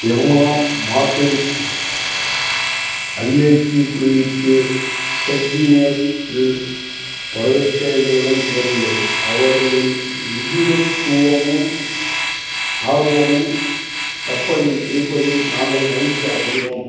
எம்மா Martins IIT குழுவிற்கு TechGenius இல் வரவேற்க எங்களுடன் சேருங்கள் அவர்களின் நிபுணத்துவமும் ஆர்வமும் கப்பலில் இருப்பதில் நாங்கள் மகிழ்ச்சி அடைகிறோம்